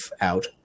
out